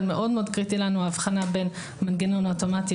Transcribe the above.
אבל מאוד קריטי לנו ההבחנה בין המנגנון האוטומטי